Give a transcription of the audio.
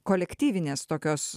kolektyvinės tokios